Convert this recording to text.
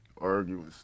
Arguing